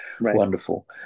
Wonderful